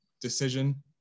decision